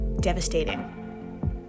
devastating